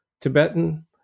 Tibetan